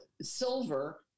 silver